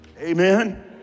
Amen